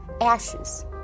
ashes